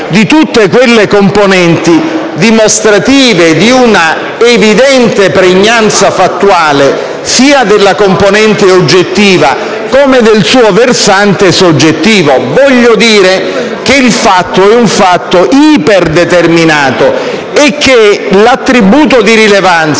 di tutte quelle componenti dimostrative di una evidente pregnanza fattuale della componente oggettiva come del suo versante soggettivo. Voglio dire che il fatto è un fatto iperdeterminato e che l'attributo di rilevanza